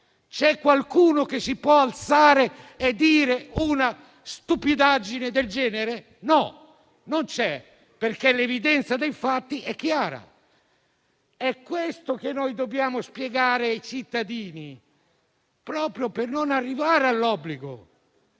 C'è qualcuno che si può alzare e dire una stupidaggine del genere? No, non c'è, perché l'evidenza dei fatti è chiara. È questo che noi dobbiamo spiegare ai cittadini, proprio per non arrivare all'obbligo;